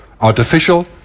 Artificial